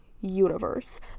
universe